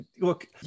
look